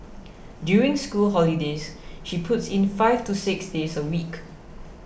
during school holidays she puts in five to six days a week